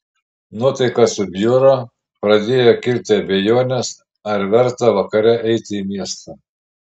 nuotaika subjuro pradėjo kilti abejonės ar verta vakare eiti į miestą